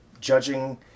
judging